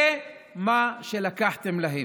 זה מה שלקחתם להם,